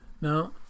Now